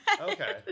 okay